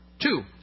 two